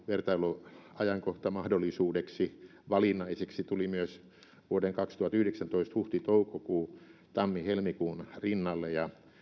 vertailuajankohtamahdollisuudeksi tuli vuoden kaksituhattayhdeksäntoista huhti toukokuu tammi helmikuun rinnalle ja